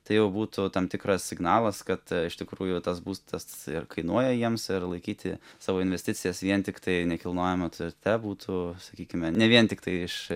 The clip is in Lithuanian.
tai būtų tam tikras signalas kad iš tikrųjų tas būstas ir kainuoja jiems ir laikyti savo investicijas vien tiktai nekilnojame turte būtų sakykime ne vien tiktai iš